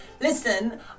listen